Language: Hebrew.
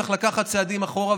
צריך לקחת צעדים אחורה.